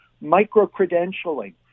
micro-credentialing